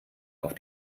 auf